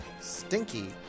Stinky